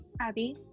Abby